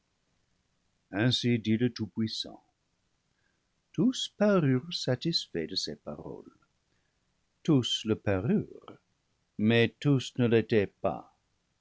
dit le tout-puissant tous parurent satisfaits de ces paroles tous le parurent mais tous ne l'étaient pas